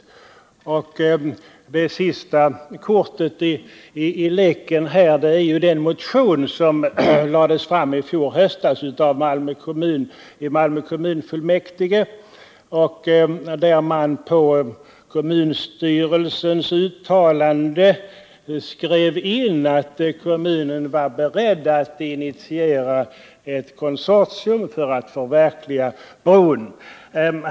Det sista kortet i leken är den motion som lades fram i fjol höstas i Malmö kommunfullmäk 12 tige. Kommunstyrelsen skrev i sitt yttrande in att kommunen var beredd att initiera ett konsortium för att förverkliga planerna på bron.